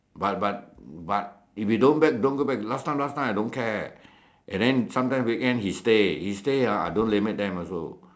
but but but if you don't back don't go back the last last time I don't care and then sometimes weekend he stay he stay ah I don't limit them also